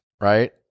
right